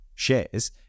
shares